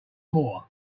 more